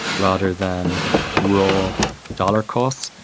rather than raw dollar cost.